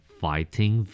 fighting